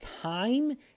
time